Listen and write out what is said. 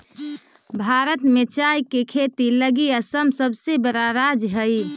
भारत में चाय के खेती लगी असम सबसे बड़ा राज्य हइ